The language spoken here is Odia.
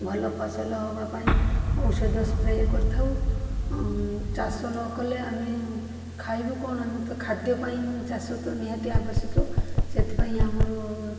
ଭଲ ଫସଲ ହେବା ପାଇଁ ଔଷଦ ସ୍ପ୍ରେ କରିଥାଉ ଚାଷ ନ କଲେ ଆମେ ଖାଇବୁ କ'ଣ ଆମେ ତ ଖାଦ୍ୟ ପାଇଁ ହିଁ ଚାଷ ତ ନିହାତି ଆବଶ୍ୟକ ସେଥିପାଇଁ ଆମର